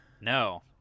No